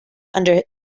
under